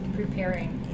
preparing